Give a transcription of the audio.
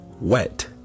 wet